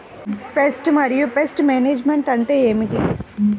Pest మరియు pest management అంటే ఏమిటి?